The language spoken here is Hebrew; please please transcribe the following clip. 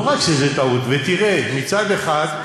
לא רק שזה טעות, תראה, מצד אחד,